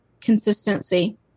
Consistency